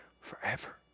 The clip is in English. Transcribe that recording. forever